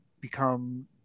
become –